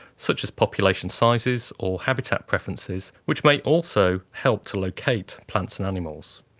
such as population sizes or habitat preferences, which may also help to locate plants and animals.